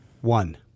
one